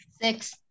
six